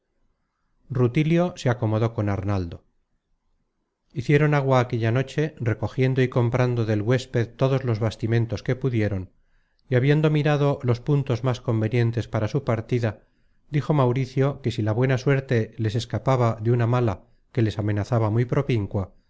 rutilio se acomodó con arnaldo hicieron agua aquella noche recogiendo y comprando del huésped todos los bastimentos que pudieron y habiendo mirado los puntos más convenientes para su partida dijo mauricio que si la buena suerte les escapaba de una mala que les amenazaba muy propincua